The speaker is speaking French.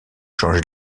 changer